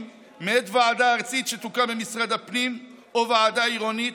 מאת ועדה ארצית שתוקם במשרד הפנים או ועדה עירונית,